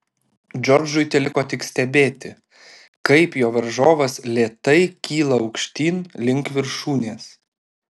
džordžui teliko tik stebėti kaip jo varžovas lėtai kyla aukštyn link viršūnės